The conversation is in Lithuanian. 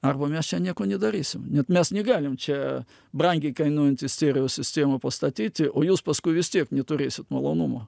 arba mes čia nieko nedarysim net mes negalim čia brangiai kainuojanti stereo sistemą pastatyti o jūs paskui vis tiek neturėsit malonumo